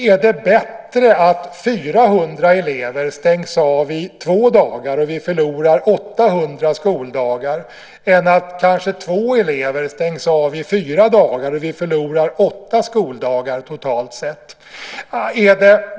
Är det bättre att 400 elever stängs av i två dagar och vi förlorar 800 skoldagar än att kanske två elever stängs av i fyra dagar och vi förlorar åtta skoldagar totalt sett?